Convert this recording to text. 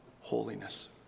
holiness